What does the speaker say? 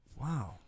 Wow